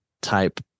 type